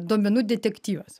duomenų detektyvas